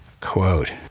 quote